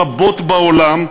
מדינות רבות בעולם,